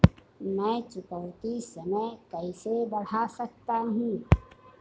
मैं चुकौती समय कैसे बढ़ा सकता हूं?